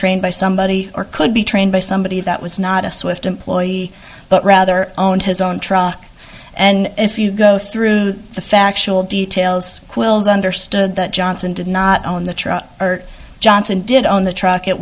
trained by somebody or could be trained by somebody that was not us why employee but rather own his own truck and if you go through the factual details quill's understood that johnson did not own the truck or johnson did on the truck it